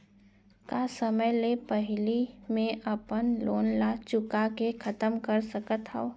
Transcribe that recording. का समय ले पहिली में अपन लोन ला चुका के खतम कर सकत हव?